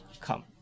come